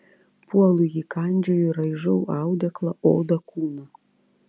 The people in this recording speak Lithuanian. puolu jį kandžioju raižau audeklą odą kūną